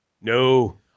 No